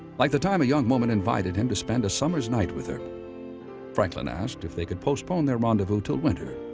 like the time a young woman invited him to spend a summer's night with her franklin asked if they could postpone their rendezvous till winter,